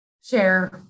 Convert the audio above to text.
share